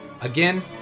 Again